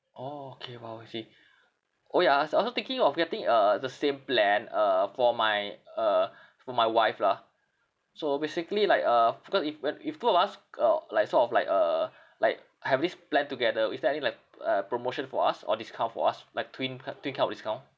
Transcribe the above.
orh okay !wow! okay orh ya s~ I also thinking of getting uh the same plan uh for my uh for my wife lah so basically like uh because if were if two of us ca~ like sort of like uh like have this plan together is there any like uh promotion for us or discount for us like twin ki~ twin kind of discount